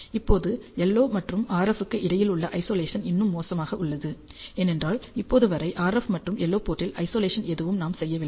இப்போது LO மற்றும் RF க்கு இடையில் உள்ள ஐசொலேசன் இன்னும் மோசமாக உள்ளது ஏனென்றால் இப்போது வரை RF மற்றும் LO போர்ட்டில் ஐசொலேசன் எதுவும் நாம் செய்யவில்லை